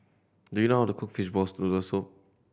do you know how to cook fishball noodle soup